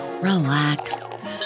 relax